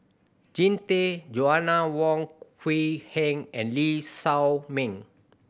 Jean Tay Joanna Wong Quee Heng and Lee Shao Meng